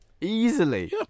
Easily